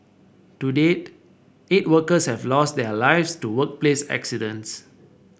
to date eight workers have lost their lives to workplace accidents